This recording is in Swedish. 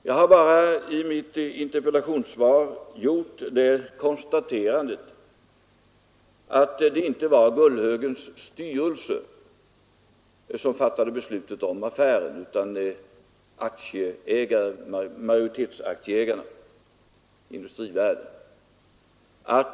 Jag har bara i mitt interpellationssvar gjort konstaterandet att det inte var Gullhögens styrelse som fattade beslutet om affären utan majoritetsaktieägaren, Industrivärden.